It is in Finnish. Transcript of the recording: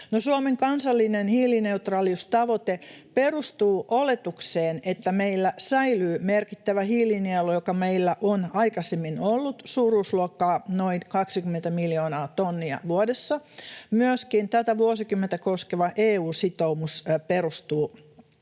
Suomen kansallinen hiilineutraaliustavoite perustuu oletukseen, että meillä säilyy merkittävä hiilinielu, joka meillä on aikaisemmin ollut suuruusluokkaa noin 20 miljoonaa tonnia vuodessa. Myöskin tätä vuosikymmentä koskeva EU-sitoumus perustuu